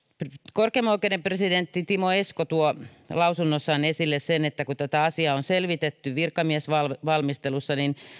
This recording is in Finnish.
korkeimman oikeuden presidentti timo esko tuo lausunnossaan esille sen että kun tätä asiaa on selvitetty virkamiesvalmistelussa